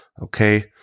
Okay